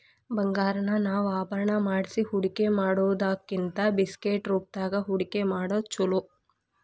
ಬಂಗಾರಾನ ನಾವ ಆಭರಣಾ ಮಾಡ್ಸಿ ಹೂಡ್ಕಿಮಾಡಿಡೊದಕ್ಕಿಂತಾ ಬಿಸ್ಕಿಟ್ ರೂಪ್ದಾಗ್ ಹೂಡ್ಕಿಮಾಡೊದ್ ಛೊಲೊ